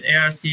ARC